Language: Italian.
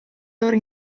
loro